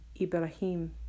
Ibrahim